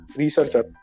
researcher